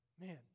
man